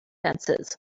fences